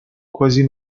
quasi